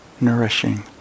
nourishing